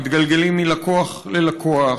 מתגלגלים מלקוח ללקוח,